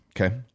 Okay